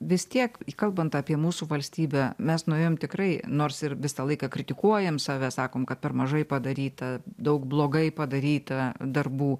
vis tiek kalbant apie mūsų valstybę mes nuėjom tikrai nors ir visą laiką kritikuojam save sakom kad per mažai padaryta daug blogai padaryta darbų